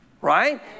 Right